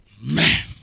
Man